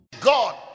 God